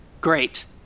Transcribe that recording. great